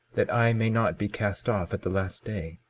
that i may not be cast off at the last day?